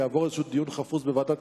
יעבור איזשהו דיון חפוז בוועדת כספים,